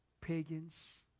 pagans